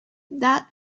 that